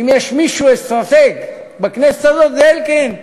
אם יש מישהו אסטרטג בכנסת הזאת, זה אלקין.